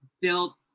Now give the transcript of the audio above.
built